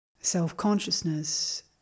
Self-consciousness